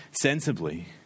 sensibly